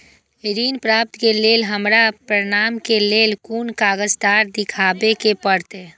ऋण प्राप्त के लेल हमरा प्रमाण के लेल कुन कागजात दिखाबे के परते?